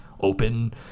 open